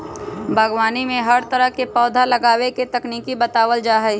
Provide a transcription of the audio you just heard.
बागवानी में हर तरह के पौधा उगावे के तकनीक बतावल जा हई